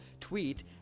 tweet